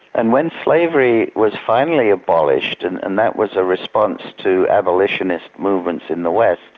and when slavery was finally abolished, and and that was a response to abolitionist movement in the west,